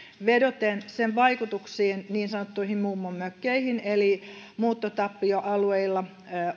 vedoten sen vaikutuksiin niin sanottuihin mummonmökkeihin eli muuttotappioalueilla